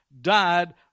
died